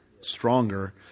stronger